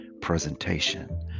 presentation